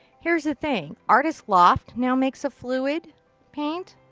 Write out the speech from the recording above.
here's the thing. artist loft now makes a fluid paint.